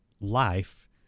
life